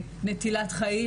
נטילת חיים,